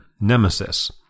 Nemesis